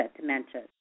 dementia